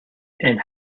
and